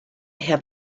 have